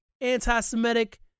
anti-Semitic